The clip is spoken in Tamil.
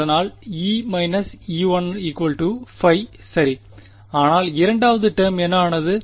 அதனால் E E1 சரி ஆனால் இரண்டாவது டேர்ம் என்ன ஆனது